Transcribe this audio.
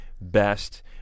best